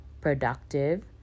productive